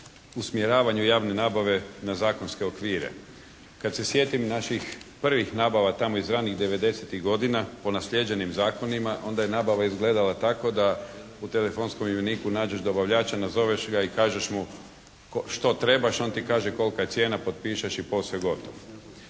usmjeravanju javne nabave na zakonske okvire. Kad se sjetim naših prvih nabava tamo iz ranih '90.-ih godina po naslijeđenim zakonima onda je nabava izgledala tako da u telefonskom imeniku nađeš dobavljača, nazoveš ga i kažeš mi što trebaš, on ti kaže kolika je cijena, potpišeš i posao je gotov.